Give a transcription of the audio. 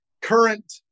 current